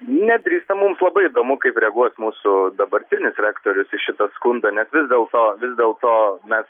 nedrįstam mums labai įdomu kaip reaguos mūsų dabartinis rektorius į šitą skundą nes vis dėlto vis dėlto mes